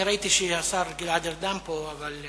אני ראיתי שהשר גלעד ארדן פה.